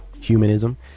humanism